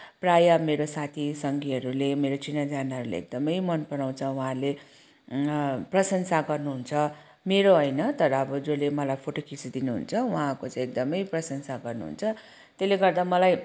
प्राय मेरो साथीसङ्गीहरूले मेरो चिनाजानाहरूले एकदमै मनपराउँछ उहाँहरूले र प्रशंसा गर्नुहुन्छ मेरो होइन तर अब जसले मेरो फोटो खिचिदिनुहुन्छ उहाँको चाहिँ एकदमै प्रशंसा गर्नुहुन्छ त्यसले गर्दा मलाई